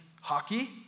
hockey